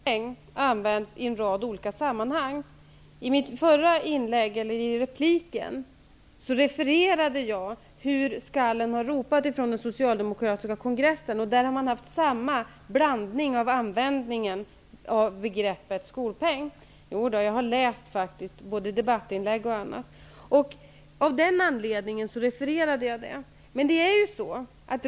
Herr talman! Begreppet skolpeng används i en rad olika sammanhang. I mitt förra inlägg refererade jag hur ropen har skallat från den socialdemokratiska kongressen. Där har det också skett en sammanblandning i användningen av begreppet skolpeng. Jag har faktiskt läst både debattinlägg och annat. Av den anledningen refererade jag det.